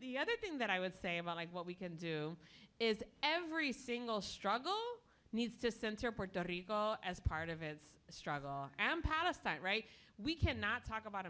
the other thing that i would say about what we can do is every single struggle needs to centerport as part of its struggle am palestine right we cannot talk about